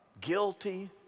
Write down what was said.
guilty